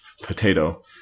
potato